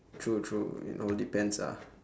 true true it all depends ah